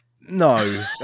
No